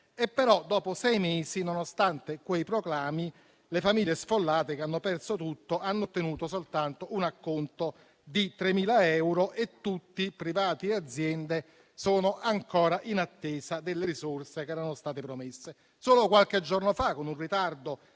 colpite. Dopo sei mesi, però, nonostante quei proclami, le famiglie sfollate che hanno perso tutto hanno ottenuto soltanto un acconto di 3.000 euro e tutti - privati e aziende - sono ancora in attesa delle risorse che erano state promesse. Solo qualche giorno fa, con un ritardo